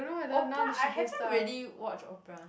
Oprah I haven't really watched Oprah